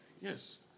Yes